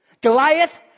Goliath